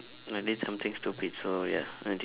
I did something stupid so ya I did